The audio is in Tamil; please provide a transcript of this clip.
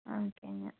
ஓகேங்க